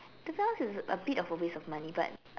to be honest it's a bit of a waste of money but